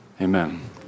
Amen